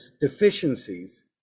deficiencies